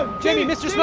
ah jayme mr. so